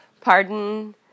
pardon